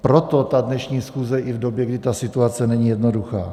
Proto ta dnešní schůze i v době, kdy ta situace není jednoduchá.